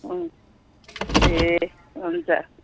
ए हुन्छ